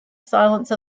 silence